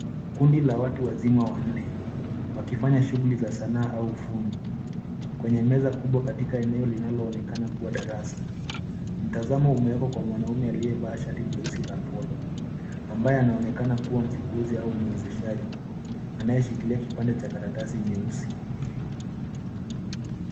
Kundi la watu wazima wanne, wakifanya shughuli za sanaa au ufundi, kwenye meza kubwa katika eneo linaloonekana kuwa darasa. Mtazamo umewekwa kwa mwanaume aliyevaa shati jeusi la polo, ambaye anaonekana kuwa mkufunzi au mwezeshaji anayeshikilia kipande cha karatasi nyeusi.